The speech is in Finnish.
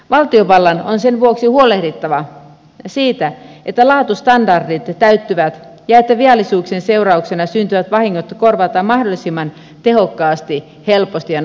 valtiovallan on sen vuoksi huolehdittava siitä että laatustandardit täyttyvät ja että viallisuuk sien seurauksena syntyvät vahingot korvataan mahdollisimman tehokkaasti helposti ja nopeasti